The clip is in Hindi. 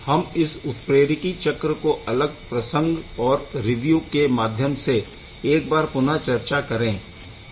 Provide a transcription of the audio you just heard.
हम इस उत्प्रेरकी चक्र को अलग प्रसंग और रिव्यू के माध्यम से एक बार पुनः चर्चा करेंगे